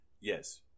yes